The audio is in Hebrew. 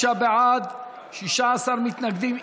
85 בעד, 16 מתנגדים.